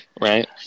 Right